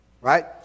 right